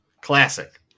classic